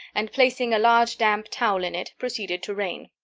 and, placing a large damp towel in it, proceeded to reign.